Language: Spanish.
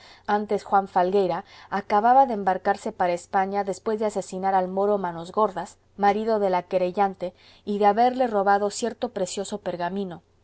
antes juan falgueira acababa de embarcarse para españa después de asesinar al moro manos gordas marido de la querellante y de haberle robado cierto precioso pergamino